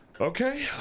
Okay